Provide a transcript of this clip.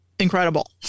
incredible